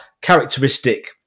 characteristic